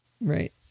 Right